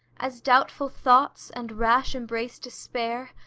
as doubtful thoughts, and rash-embrac'd despair,